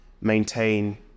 maintain